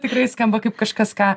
tikrai skamba kaip kažkas ką